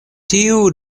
tiu